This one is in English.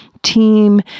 team